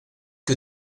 que